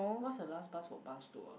what's the last bus for bus tour